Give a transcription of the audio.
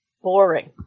boring